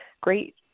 great